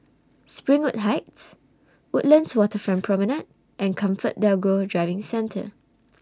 Springwood Heights Woodlands Waterfront Promenade and ComfortDelGro Driving Centre